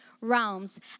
realms